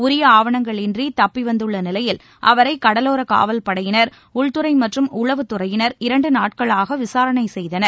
உரிய ஆவணங்கள் இன்றி தப்பி வந்தள்ள நிலையில் அவரை கடலோர காவல்படையினர் உள்துறை மற்றும் உளவுத் துறையினர் இரண்டு நாட்களாக விசாரணை செய்தனர்